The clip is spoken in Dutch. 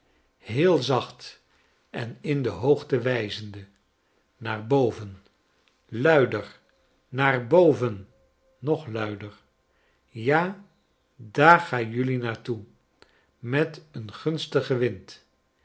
heel zacht en in de hoogte wijzende naar bovent luider naar boven nog luider ja daar ga jelui naar toe met n gunstigen wind